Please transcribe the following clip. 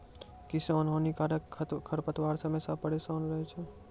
किसान हानिकारक खरपतवार से हमेशा परेसान रहै छै